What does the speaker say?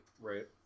right